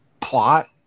plot